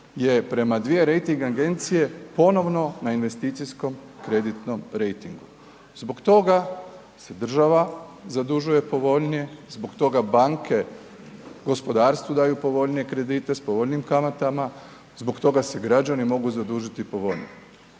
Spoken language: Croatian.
je prema dvije rejting agencije ponovno na investicijskom kreditnom rejtingu. Zbog toga se država zadužuje povoljnije, zbog toga banke gospodarstvu daju povoljnije kredite s povoljnijim kamatama, zbog toga se građani mogu zadužiti povoljnije.